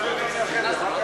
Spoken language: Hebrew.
בסדר,